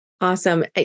Awesome